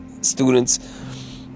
students